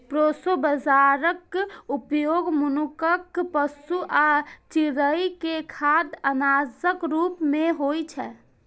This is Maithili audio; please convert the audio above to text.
प्रोसो बाजाराक उपयोग मनुक्ख, पशु आ चिड़ै के खाद्य अनाजक रूप मे होइ छै